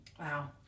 Wow